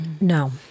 No